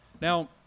Now